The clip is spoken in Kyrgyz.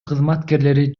кызматкерлери